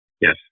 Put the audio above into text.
Yes